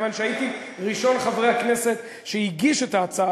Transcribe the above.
כיוון שהייתי ראשון חברי הכנסת שהגיש את ההצעה